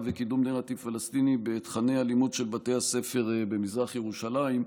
וקידום נרטיב פלסטיני בתוכני הלימוד של בתי הספר במזרח ירושלים.